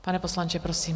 Pane poslanče, prosím.